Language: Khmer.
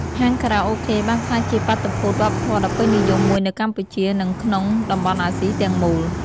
ហាងខារ៉ាអូខេ បានក្លាយជាបាតុភូតវប្បធម៌ដ៏ពេញនិយមមួយនៅកម្ពុជា និងក្នុងតំបន់អាស៊ីទាំងមូល។